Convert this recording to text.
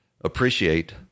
appreciate